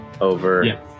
over